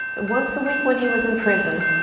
once a week when he was in prison.